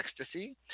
Ecstasy